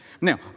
Now